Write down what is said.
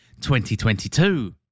2022